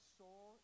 soul